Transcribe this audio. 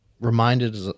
reminded